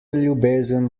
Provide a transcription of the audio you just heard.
ljubezen